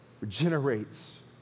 regenerates